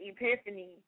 epiphany